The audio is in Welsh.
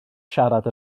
siarad